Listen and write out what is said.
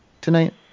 tonight